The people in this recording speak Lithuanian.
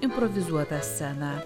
improvizuotą sceną